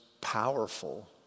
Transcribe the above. powerful